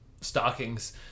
stockings